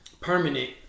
permanent